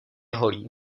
holí